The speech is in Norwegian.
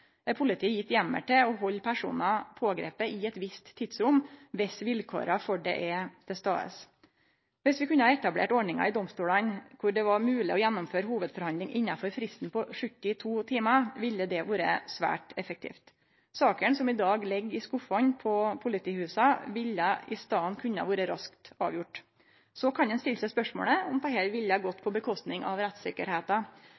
politiet gjeve heimel til å halde personar pågripne i eit visst tidsrom om vilkåra for det er til stades. Viss vi kunne ha etablert ordningar i domstolane der det var mogleg å gjennomføre hovudforhandling innanfor fristen på 72 timar, ville det ha vore svært effektivt. Dei sakene som i dag ligg i skuffene på politihusa, kunne i staden ha vore raskt avgjorde. Så kan ein stille seg spørsmålet om dette ville ha gått ut over rettstryggleiken. Det